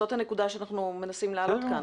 זאת הנקודה שאנחנו מנסים להעלות כאן,